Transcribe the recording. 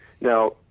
Now